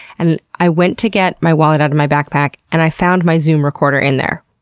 and i went to get my wallet out of my backpack, and i found my zoom recorder in there.